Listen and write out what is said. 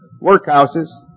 workhouses